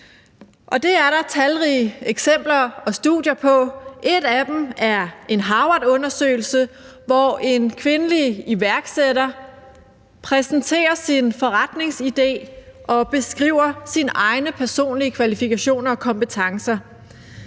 det er der talrige eksempler på og studier af. Et af dem er en Harvardundersøgelse, hvor en kvindelig iværksætter præsenterer sin forretningsidé og beskriver sine egne personlige kvalifikationer og kompetencer.